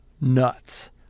nuts